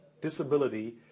disability